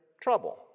trouble